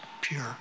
pure